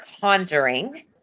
Conjuring